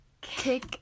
kick